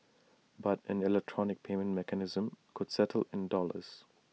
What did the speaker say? but an electronic payment mechanism could settle in dollars